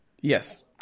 Yes